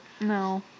No